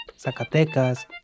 Zacatecas